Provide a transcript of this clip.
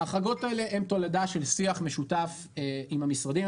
ההחרגות האלה הן תולדה של שיח משותף עם המשרדים.